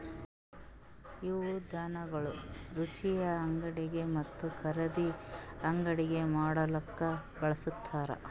ಇವು ಧಾನ್ಯಗೊಳ್ ರುಚಿಯ ಅಡುಗೆ ಮತ್ತ ಖಾರದ್ ಅಡುಗೆ ಮಾಡ್ಲುಕ್ ಬಳ್ಸತಾರ್